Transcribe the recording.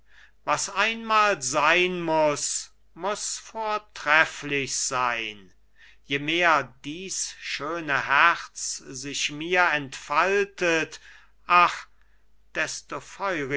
was einmal sein muß muß vortrefflich sein je mehr dies schöne herz sich mir entfaltet ach desto